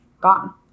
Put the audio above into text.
gone